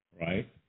Right